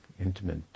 intimate